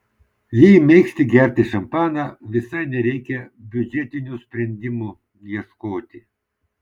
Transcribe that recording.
jei mėgsti gerti šampaną visai nereikia biudžetinių sprendimų ieškoti